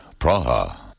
Praha